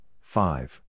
five